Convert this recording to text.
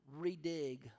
redig